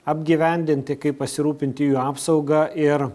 apgyvendinti kaip pasirūpinti jų apsauga ir